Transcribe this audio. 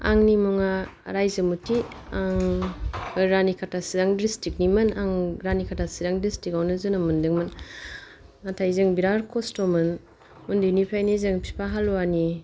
आंनि मुङा रायजोमुथि आं रानिखाथा चिरां डिसट्रिक्ट निमोन आं रानिखाथा चिरां डिसट्रिक्ट आवनो जोनोम मोनदोंमोन नाथाय जों बिराद खस्थ'मोन उन्दैनिफ्राय जों बिफा हालुवानि